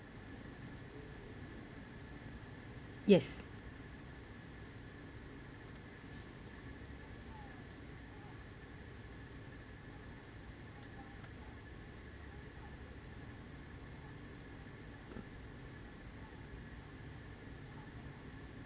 yes